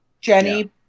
Jenny